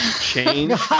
change